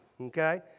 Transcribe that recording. okay